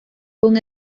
con